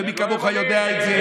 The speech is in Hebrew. ומי כמוך יודע את זה.